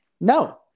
No